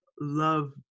love